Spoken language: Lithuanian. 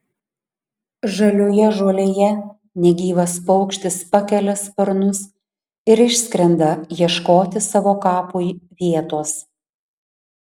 žalioje žolėje negyvas paukštis pakelia sparnus ir išskrenda ieškoti savo kapui vietos